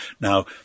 Now